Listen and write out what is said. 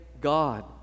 God